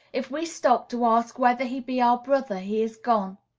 if we stop to ask whether he be our brother, he is gone.